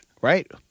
Right